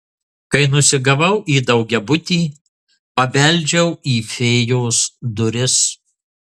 kai nusigavau į daugiabutį pabeldžiau į fėjos duris